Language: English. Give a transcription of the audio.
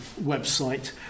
website